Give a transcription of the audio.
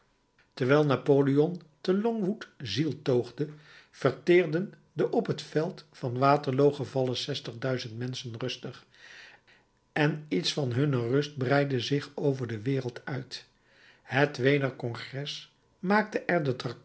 terwijl napoleon te longwood zieltoogde verteerden de op het veld van waterloo gevallen zestig duizend menschen rustig en iets van hunne rust breidde zich over de wereld uit het weener congres maakte